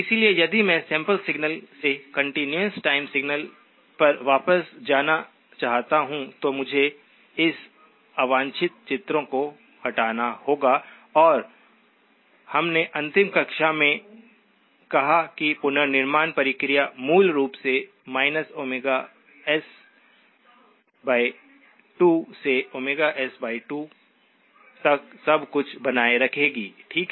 इसलिए यदि मैं सैंपल सिग्नल से कंटीन्यूअस टाइम सिग्नल पर वापस जाना चाहता हूं तो मुझे इन अवांछित चित्रों को हटाना होगा और हमने अंतिम कक्षा में कहा कि पुनर्निर्माण प्रक्रिया मूल रूप से s2 से s2 तक सब कुछ बनाए रखेगी ठीक है